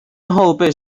后被